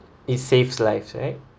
it saves lives right